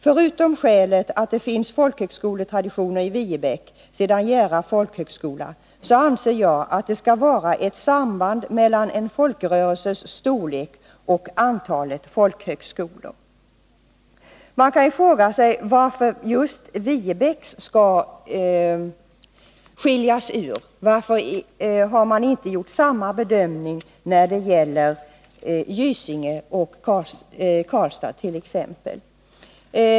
Förutom skälet att det finns folkhögskoletraditioner i Viebäck sedan Jära folkhögskola så anser jag att det skall vara ett samband mellan en folkrörelses storlek och antalet folkhögskolor.” Man kan fråga sig varför just Viebäck skall skiljas ut. Varför har man inte gjort samma bedömning när det gäller t.ex. Gysinge och Karlskoga?